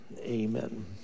amen